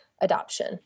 adoption